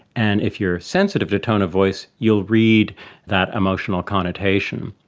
and if you are sensitive to tone of voice you'll read that emotional connotation.